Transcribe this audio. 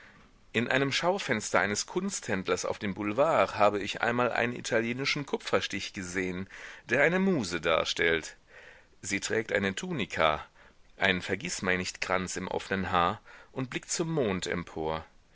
in einem schaufenster eines kunsthändlers auf dem boulevard habe ich einmal einen italienischen kupferstich gesehen der eine muse darstellt sie trägt eine tunika einen vergißmeinnichtkranz im offnen haar und blickt zum mond empor